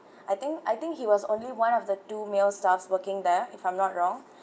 I think I think he was only one of the two male staffs working there if I'm not wrong